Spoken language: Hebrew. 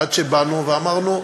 עד שבאנו ואמרנו: